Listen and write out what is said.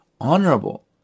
honorable